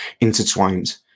intertwined